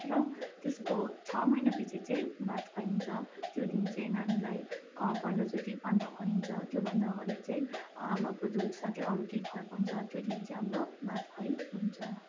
र त्यसको छ महिनापछि चाहिँ भातखुवाइ हुन्छ त्यो दिन चाहिँ नानीलाई पहिलोचोटि अन्न खुवाइन्छ त्योभन्दा अगाडि चाहिँ आमाको दुध साथै अरू केही खुवाएको हुन्छ त्यो दिन चाहिँ हाम्रो भातखुवाइ हुन्छ